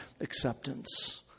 acceptance